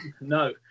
No